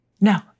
No